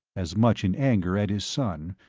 as much in anger at his son,